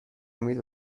امید